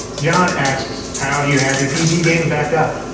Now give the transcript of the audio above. john asks, how do you have your pc games backed up?